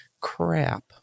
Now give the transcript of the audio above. Crap